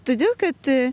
todėl kad